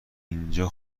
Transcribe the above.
اینجا